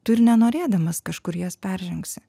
tu ir nenorėdamas kažkur jas peržengsi